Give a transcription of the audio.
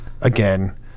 again